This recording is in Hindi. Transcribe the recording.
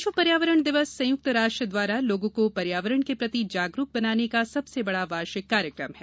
विश्व पर्यावरण दिवस संयुक्त राष्ट्र द्वारा लोगों को पर्यावरण के प्रति जागरूक बनाने का सबसे बड़ा वार्षिक कार्यक्रम है